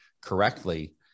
correctly